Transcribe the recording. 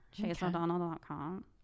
ChaseO'Donnell.com